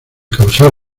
causar